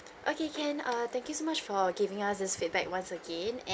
okay can err thank you so much for giving us this feedback once again and